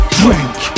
drink